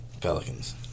Pelicans